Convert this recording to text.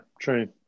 true